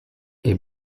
est